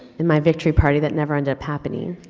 and my victory party that never ended up happening,